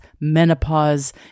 menopause